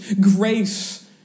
grace